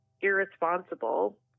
irresponsible